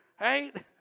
right